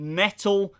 metal